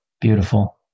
Beautiful